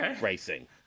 racing